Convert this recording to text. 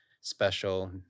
special